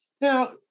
Now